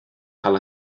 cael